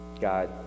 God